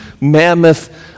mammoth